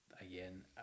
again